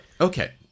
okay